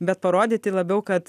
bet parodyti labiau kad